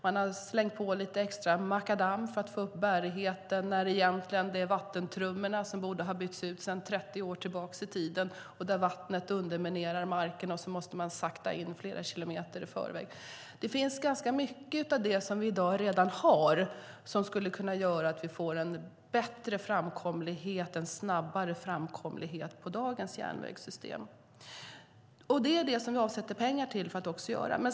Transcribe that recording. Man har slängt på lite extra makadam för att få upp bärigheten, när det egentligen är vattentrummorna som borde ha bytts ut sedan 30 år tillbaka i tiden men där vattnet underminerar marken, så att man måste sakta in flera kilometer i förväg. Det finns ganska mycket av det vi har redan i dag som skulle kunna göra att vi får en bättre framkomlighet och framkomlighet snabbare på dagens järnvägssystem. Det är också det vi avsätter pengar för att göra.